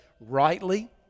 rightly